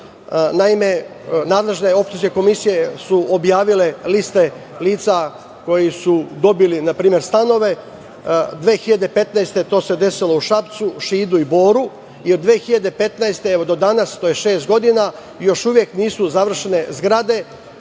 Naime, nadležne opštinske komisije su objavile liste lica koji su dobili, na primer stanove, 2015. godine to se desilo u Šapcu, Šidu i Boru i od 2015. godine, evo do danas, to je šest godina, još uvek nisu završene zgrade,